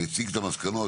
הציג את המסקנות,